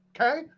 Okay